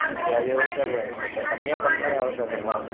okay அது எவ்வளோ sir வரு கம்மியாக பண்ணா எவ்வளோ சார் பண்ணலாம்